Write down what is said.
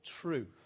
truth